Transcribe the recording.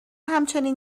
همچنین